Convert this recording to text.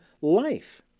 life